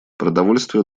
продовольствие